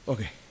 Okay